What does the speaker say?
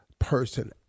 person